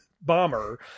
bomber